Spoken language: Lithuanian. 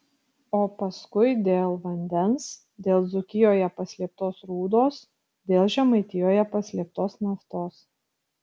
o paskui dėl vandens dėl dzūkijoje paslėptos rūdos dėl žemaitijoje paslėptos naftos